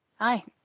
hi